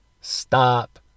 stop